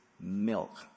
milk